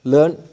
Learn